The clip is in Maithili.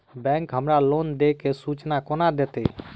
बैंक हमरा लोन देय केँ सूचना कोना देतय?